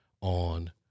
on